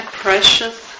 precious